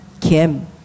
Kim